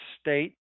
State